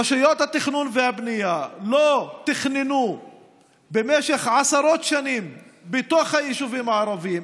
רשויות התכנון והבנייה לא תכננו במשך עשרות שנים בתוך היישובים הערביים,